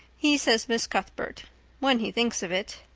he says miss cuthbert when he thinks of it.